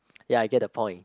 ya I get the point